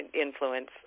influence